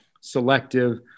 selective